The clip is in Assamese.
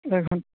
এঘন